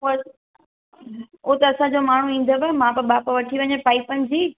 पोइ उहो त असांजो माण्हू ईंदव माप बाप वठी वञे पाइपनि जी